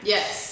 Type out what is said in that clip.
Yes